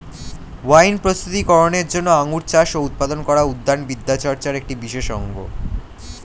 wine প্রস্তুতি করনের জন্য আঙুর চাষ ও উৎপাদন করা উদ্যান বিদ্যাচর্চার একটি বিশেষ অঙ্গ